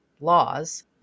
laws